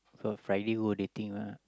so Friday go dating ah